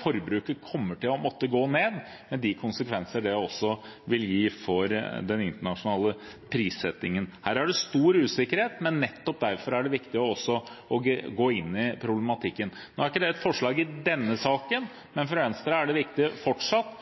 forbruket kommer til å måtte gå ned, med de konsekvenser det også vil få for den internasjonale prissettingen. Her er det stor usikkerhet, men nettopp derfor er det viktig å gå inn i problematikken. Nå er ikke det et forslag i denne saken, men for Venstre er det viktig fortsatt